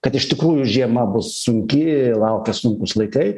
kad iš tikrųjų žiema bus sunki laukia sunkūs laikai